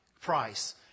price